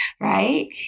right